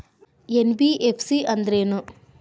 NBFC ಅಂದ್ರೇನು?